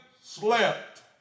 slept